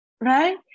Right